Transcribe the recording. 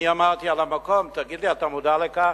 אני אמרתי על המקום: תגיד לי, אתה מודע לכך